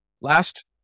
last